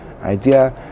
idea